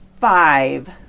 five